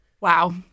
Wow